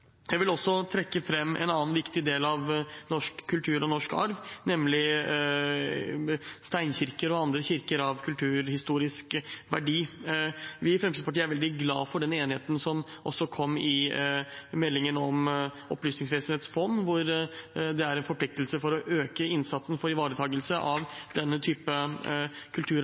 Jeg vil også trekke fram en annen viktig del av norsk kultur og norsk arv, nemlig steinkirker og andre kirker av kulturhistorisk verdi. Vi i Fremskrittspartiet er veldig glad for den enigheten som også kom i forbindelse med meldingen om Opplysningsvesenets fond, hvor det er en forpliktelse til å øke innsatsen for ivaretakelse av denne type